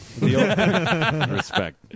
Respect